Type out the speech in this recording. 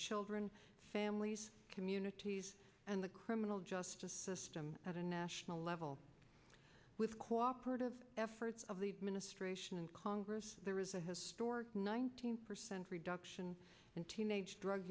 children families communities and the criminal justice system at a national level with co operative efforts of the administration and congress there is a historic nine reduction in teenage drug